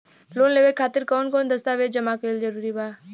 Loan लेवे खातिर कवन कवन दस्तावेज जमा कइल जरूरी बा?